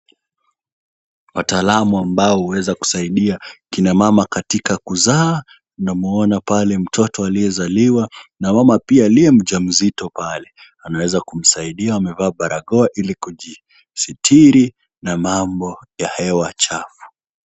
Watalaamu mwambao huweza kusaidia, kina mama katika kuzaa. Namuona pale mtoto aliyezaliwa na mama pia aliye mjamzito pale. Anaweza kumsaidia amevaa barakoa ili kujisitiri na mambo ya hewa chafu.